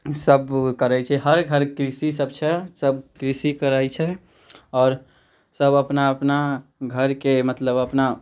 सब करै छै हर घर कृषि सब छै सब कृषि करै छै आओर सब अपना अपना घरके मतलब अपना